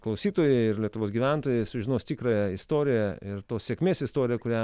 klausytojai ir lietuvos gyventojai sužinos tikrąją istoriją ir tos sėkmės istoriją kurią